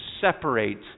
separate